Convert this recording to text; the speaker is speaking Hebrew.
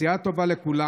נסיעה טובה לכולם.